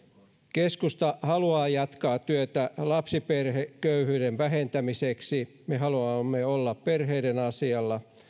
keskusta haluaa jatkaa työtä lapsiperheköyhyyden vähentämiseksi me haluamme olla perheiden asialla